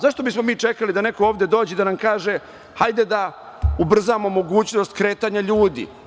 Zašto bismo mi čekali da neko ovde dođe i da nam kaže – hajde da ubrzamo mogućnost kretanja ljudi?